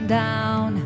down